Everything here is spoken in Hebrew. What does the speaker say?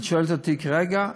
את שואלת אותי כרגע?